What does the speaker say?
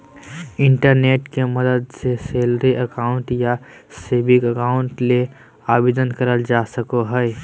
internet के मदद से सैलरी अकाउंट या सेविंग अकाउंट ले आवेदन करल जा सको हय